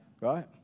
right